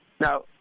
Now